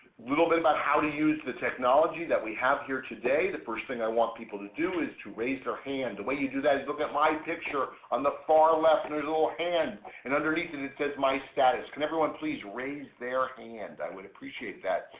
little bit about how to use the technology that we have here today. the first thing i want people to do is to raise their hand. the way you do that is, look at my picture on the far left and there's a little hand and underneath and it says, my status. can everyone please raise their hand. i would appreciate that,